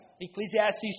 Ecclesiastes